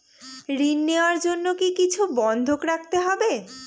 ঋণ নেওয়ার জন্য কি কিছু বন্ধক রাখতে হবে?